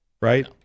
right